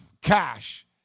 cash